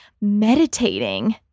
meditating